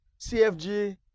CFG